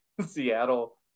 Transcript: Seattle –